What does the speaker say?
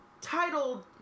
titled